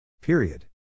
Period